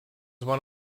one